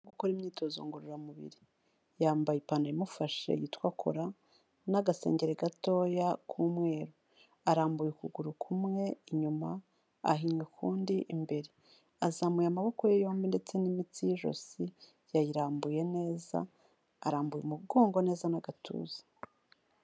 Gukora imyitozo ngororamubiri, yambaye ipantaro imufashe yitwa kora n'agasenge gatoya k'umweru, arambuye ukuguru kumwe inyuma ahinnye ukundi imbere, azamuye amaboko ye yombi ndetse n'imitsi y'ijosi yayirambuye neza arambura umugongo neza n'agatuza.